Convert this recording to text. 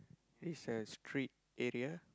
it's a street area